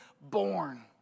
born